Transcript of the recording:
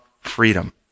freedom